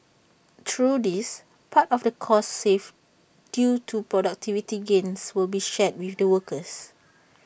through this part of the costs saved due to productivity gains will be shared with their workers